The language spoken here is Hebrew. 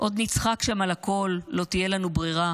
עוד נצחק שם על הכול, לא תהיה לנו ברירה.